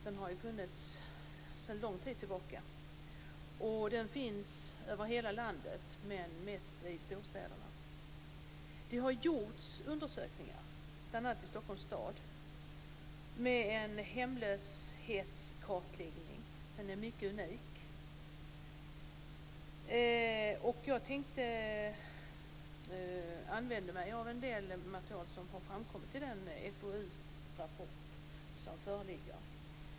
Den har funnits sedan lång tid tillbaka. Och den finns över hela landet men mest i storstäderna. Det har gjorts undersökningar, bl.a. i Stockholms stad. Det har gjorts en kartläggning över hemlösheten; den är mycket unik. Jag tänkte använda mig av en del material som har framkommit i den FoU rapport som föreligger.